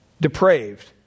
depraved